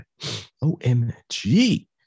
OMG